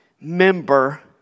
member